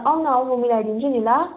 आउ न आउ म मिलाइदिन्छु नि ल